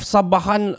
Sabahan